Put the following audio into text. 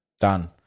done